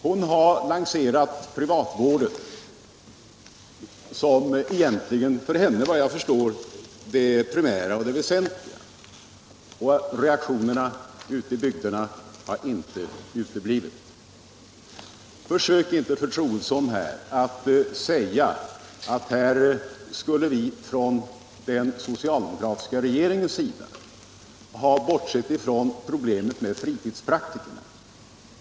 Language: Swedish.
Hon har lanserat privatvården, som uppenbarligen för henne Allmänpolitisk debatt Allmänpolitisk debatt är det primära och väsentliga. Reaktionerna ute i bygderna har inte uteblivit. Försök inte, fru Troedsson, säga att vi från den socialdemokratiska regeringen skulle ha bortsett från problemet med fritidspraktikerna.